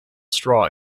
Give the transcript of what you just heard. straw